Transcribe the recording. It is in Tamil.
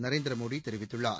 நரேந்திர மோடி தெரிவித்துள்ளார்